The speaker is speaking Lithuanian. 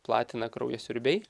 platina kraujasiurbiai